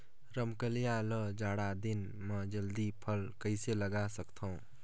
रमकलिया ल जाड़ा दिन म जल्दी फल कइसे लगा सकथव?